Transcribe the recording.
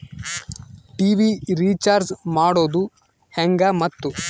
TV recharge ಮಾಡೋದು ಹೆಂಗ ಮತ್ತು?